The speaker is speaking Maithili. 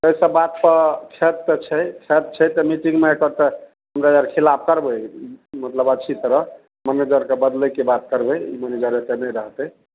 एइ सब बातपर खेत तऽ छै खैत छै तऽ मीटिंगमे एकर तऽ हमे आर खिलाफ करबय मतलब अच्छी तरह मैनेजरके बदलयके बात करबय मैनेजर एतऽ नहि रहतय